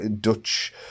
Dutch